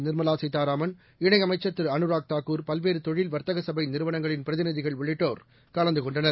நிர்மலா சீதாராமன் இணையமைச்சர் திரு அனுராக் தாக்கூர் பல்வேறு தொழில் வர்த்தக சபை நிறுவளங்களின் பிரதிநிதிகள் உள்ளிட்டோர் கலந்து கொண்டனர்